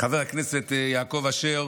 חבר הכנסת יעקב אשר,